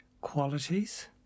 qualities